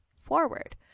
forward